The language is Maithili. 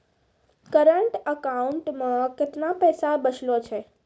करंट अकाउंट मे केतना पैसा बचलो छै?